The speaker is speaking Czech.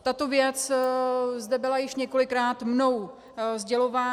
Tato věc zde byla již několikrát mnou sdělována.